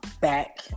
back